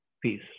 Peace